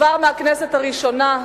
כבר בכנסת השבע-עשרה,